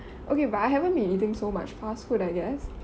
okay but I haven't been eating so much fast food I guess